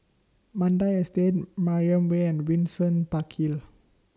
Mandai Estate Mariam Way and Windsor Park Hill